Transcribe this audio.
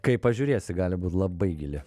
kaip pažiūrėsi gali būt labai gili